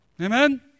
Amen